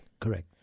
Correct